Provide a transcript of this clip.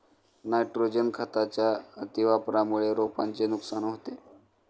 nitrogen खताच्या अतिवापरामुळे रोपांचे नुकसान होते